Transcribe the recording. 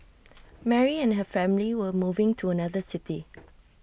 Mary and her family were moving to another city